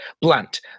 Blunt